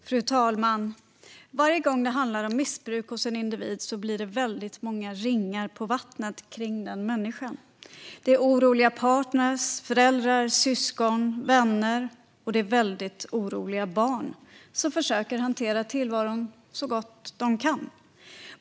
Fru talman! Varje gång det handlar om missbruk hos en individ blir det många ringar på vattnet kring denna människa. Det är oroliga partner, föräldrar, syskon och vänner, och det är väldigt oroliga barn som försöker hantera tillvaron så gott de kan.